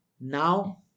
Now